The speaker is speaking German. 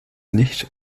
nicht